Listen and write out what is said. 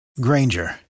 Granger